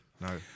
No